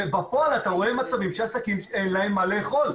ובפועל אתה רואה עסקים שאין להם מה לאכול.